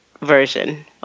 version